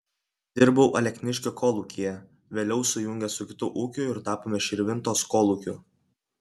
dirbau alekniškio kolūkyje vėliau sujungė su kitu ūkiu ir tapome širvintos kolūkiu